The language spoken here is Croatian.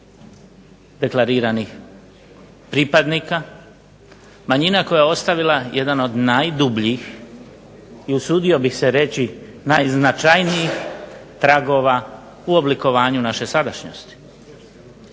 deklariranih pripadnika, manjina koja je ostavila jedan od najdubljih i usudio bih se reći od najznačajnijih tragova u oblikovanju naše sadašnjosti.